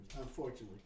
Unfortunately